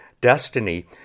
destiny